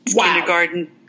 kindergarten